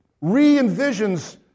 re-envisions